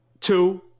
Two